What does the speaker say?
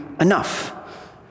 enough